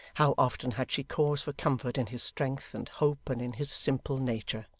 how often had she cause for comfort, in his strength, and hope, and in his simple nature!